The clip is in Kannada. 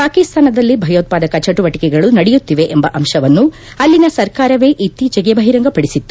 ಪಾಕಿಸ್ತಾನದಲ್ಲಿ ಭಯೋತ್ವಾದಕ ಚಟುವಟಕೆಗಳು ನಡೆಯುತ್ತವೆ ಎಂಬ ಅಂಶವನ್ನು ಅಲ್ಲಿನ ಸರ್ಕಾರವೇ ಇತ್ತೀಚೆಗೆ ಬಹಿರಂಗಪಡಿಸಿತ್ತು